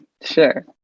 Sure